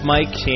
Mike